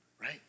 right